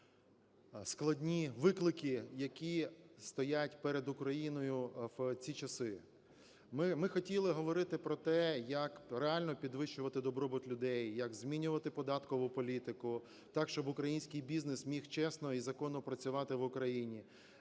складні виклики, які стоять перед Україною в ці часи. Ми хотіли говорити про те, як реально підвищувати добробут людей, як змінювати податкову політику так, щоб український бізнес міг чесно і законно працювати в Україні.